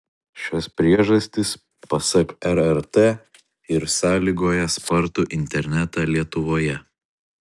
šios priežastys pasak rrt ir sąlygoja spartų internetą lietuvoje